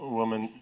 woman